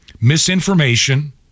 misinformation